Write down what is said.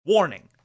Warning